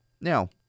Now